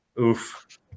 Oof